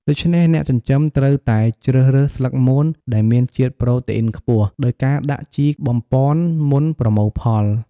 ដូច្នេះអ្នកចិញ្ចឹមត្រូវតែជ្រើសរើសស្លឹកមន ដែលមានជាតិប្រូតេអ៊ីនខ្ពស់ ដោយការដាក់ជីបំប៉ុនមុនប្រមូលផល។